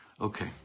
Okay